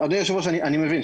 אני מבין,